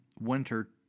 winter